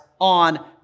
on